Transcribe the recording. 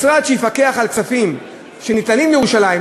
משרד שיפקח על כספים שניתנים לירושלים,